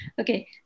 Okay